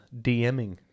dming